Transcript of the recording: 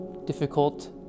difficult